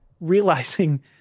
realizing